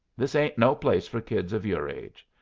this ain't no place for kids of your age.